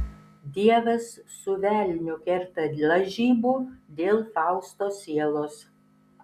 dievas su velniu kerta lažybų dėl fausto sielos